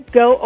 go